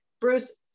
Bruce